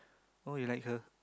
oh you like her